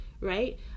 right